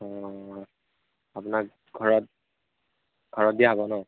অঁ আপোনাক ঘৰত ঘৰত দিয়া হ'ব ন